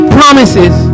promises